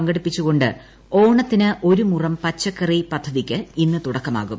പങ്കെടുപ്പിച്ചുകൊണ്ട് ഓണത്തിന് ഒരു മുറം പച്ചക്കറി പദ്ധതിക്ക് ഇന്ന് തുടക്കമാകും